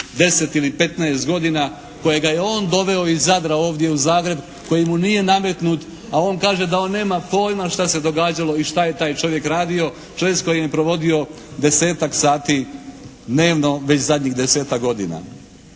10 ili 15 godina, kojega je on doveo iz Zadra ovdje u Zagreb, koji mu nije nametnut, a on kaže da on nema pojma šta se događalo i šta je taj čovjek radio, čovjek s kojim je provodio desetak sati dnevno već zadnjih desetak godina.